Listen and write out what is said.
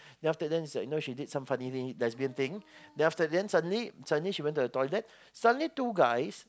then after that is like you know she did some funny thing lesbian thing then after then suddenly suddenly she went to the toilet suddenly two guys